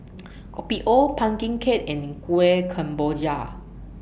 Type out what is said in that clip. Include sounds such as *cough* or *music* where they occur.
*noise* Kopi O Pumpkin Cake and Kueh Kemboja